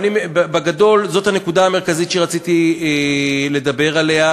בגדול, זאת הנקודה המרכזית שרציתי לדבר עליה.